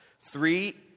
Three